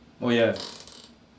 oh ya